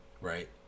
right